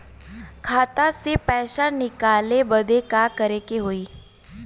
खाता से पैसा निकाले बदे का करे के होई?